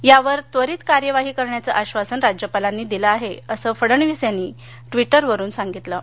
यावर त्वरित कार्यवाही करण्याचं आश्वासन राज्यपालांनी दिलं आहे असं फडणवीस यांनी ट्विटरवरून सांगितलं आहे